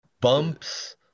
bumps